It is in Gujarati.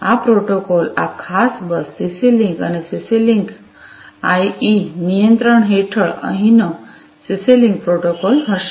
તેથી આ પ્રોટોકોલ આ ખાસ બસ સીસી લિંક અને સીસી લિન્ક આઇઇ નિયંત્રણ હેઠળ અહીંનો સીસી લિંક પ્રોટોકોલ હશે